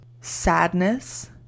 sadness